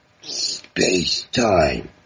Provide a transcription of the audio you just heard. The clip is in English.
space-time